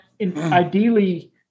Ideally